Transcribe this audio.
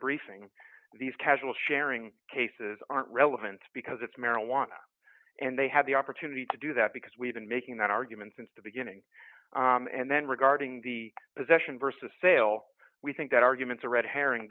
briefing these casual sharing cases aren't relevant because it's marijuana and they have the opportunity to do that because we've been making that argument since the beginning and then regarding the possession versus sale we think that argument's a red herring